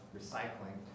recycling